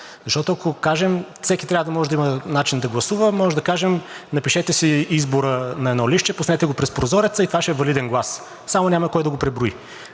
Защото, ако кажем: всеки трябва да има начин да гласува, можем да кажем: напишете си избора на едно листче, пуснете го през прозореца и това ще е валиден глас! Само няма кой да го преброи.